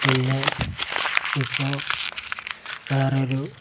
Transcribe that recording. പിന്നെ ഇപ്പോൾ വേറൊരു